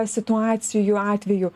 situacijų atveju